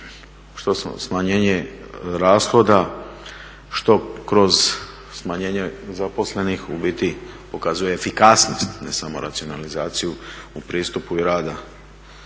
što smanjenje rashoda, što kroz smanjenje zaposlenih u biti pokazuje efikasnost ne samo racionalizaciju u pristupu rada